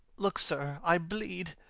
look, sir, i bleed.